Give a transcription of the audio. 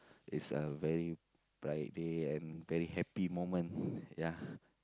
it's a very bright day and very happy moment ya